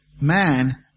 man